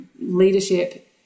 leadership